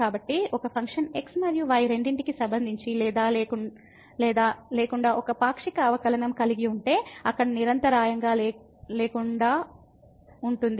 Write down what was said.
కాబట్టి ఒక function x మరియు y రెండింటికి సంబంధించి లేదా లేకుండా ఒక పాక్షిక అవకలనంకలిగి ఉంటే అక్కడ నిరంతరాయంగా లేకుండా ఉంటుంది